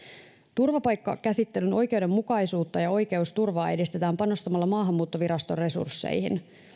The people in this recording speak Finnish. turvapaikkakäsittelyn oikeudenmukaisuutta ja oikeusturvaa edistetään panostamalla maahanmuuttoviraston resursseihin